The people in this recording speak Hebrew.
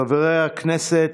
חברי הכנסת,